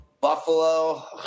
Buffalo